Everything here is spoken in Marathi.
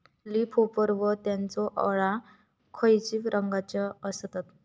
लीप होपर व त्यानचो अळ्या खैचे रंगाचे असतत?